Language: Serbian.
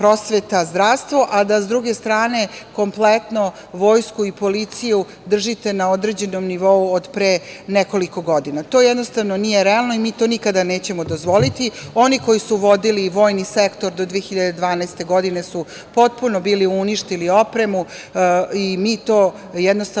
a da sa druge strane kompletno vojsku i policiju držite na određenom nivou od pre nekoliko godina. To jednostavno nije realno i mi to nikada nećemo dozvoliti. Oni koji su vodili vojni sektor do 2012. godine su potpuno bili uništili opremu i mi to jednostavno pokušavamo da te istorijske